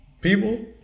people